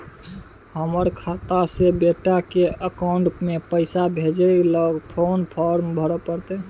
हमर खाता से बेटा के अकाउंट में पैसा भेजै ल कोन फारम भरै परतै?